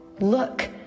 Look